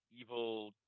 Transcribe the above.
evil